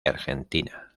argentina